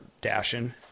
dashing